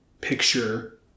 picture